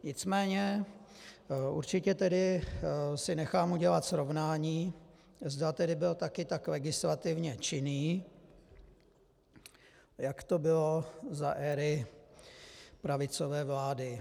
Nicméně určitě tedy si nechám udělat srovnání, zda tedy byl také tak legislativně činný, jak to bylo za éry pravicové vlády.